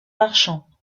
marchant